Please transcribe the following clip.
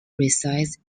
resides